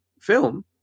film